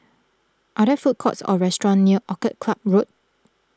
are there food courts or restaurants near Orchid Club Road